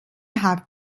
have